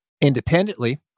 independently